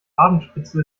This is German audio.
abendspitze